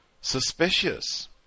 suspicious